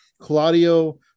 Claudio